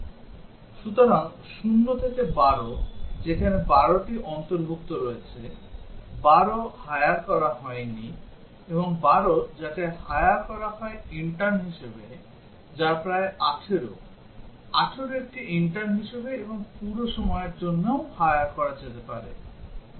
সুতরাং 0 থেকে 12 সুতরাং এখানে 12 টি অন্তর্ভুক্ত রয়েছে 12 hire করা হয় নি এবং 12 যাকে hire করা হয় ইন্টার্ন হিসাবে যা প্রায় 18 18 একটি ইন্টার্ন হিসাবে এবং পুরো সময়ের জন্যও hire করা যেতে পারে যা প্রায় 65